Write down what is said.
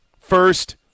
first